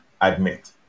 admit